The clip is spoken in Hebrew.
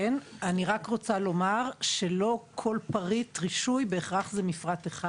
אני רק רוצה לומר שלא כל פריט רישוי בהכרח זה מפרט אחד.